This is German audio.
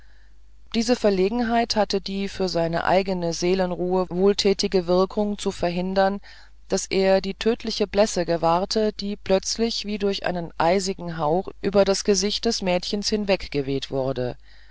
diese verlegenheit hatte die für seine eigene seelenruhe wohltätige wirkung zu verhindern daß er die tödliche blässe gewahrte die plötzlich wie durch einen eisigen hauch über das gesicht des mädchens hingeweht wurde